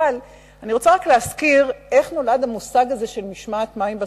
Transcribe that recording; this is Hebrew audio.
אבל אני רוצה רק להזכיר איך נולד המושג הזה של משמעת מים בצבא,